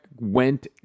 went